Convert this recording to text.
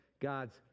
God's